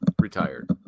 retired